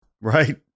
Right